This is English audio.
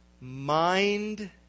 mind